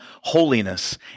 holiness